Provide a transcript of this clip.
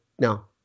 No